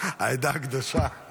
העדה הקדושה.